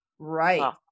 Right